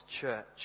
church